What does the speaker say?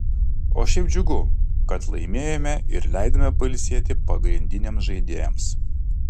o šiaip džiugu kad laimėjome ir leidome pailsėti pagrindiniams žaidėjams